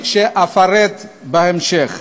ואפרט בהמשך.